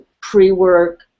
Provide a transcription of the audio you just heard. pre-work